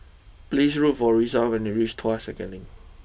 please look for Risa when you reach Tuas second Link